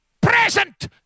present